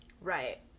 Right